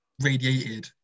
radiated